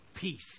peace